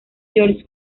george